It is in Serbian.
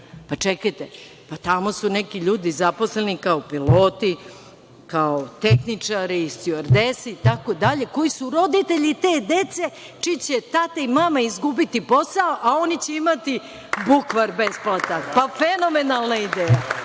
pa čekajte, tamo su neki ljudi zaposleni kao piloti, kao tehničari, stjuardese, itd, koji su roditelji te dece, čiji će mama i tata izgubiti posao, a oni će imati bukvar besplatan. Fenomenalna ideja,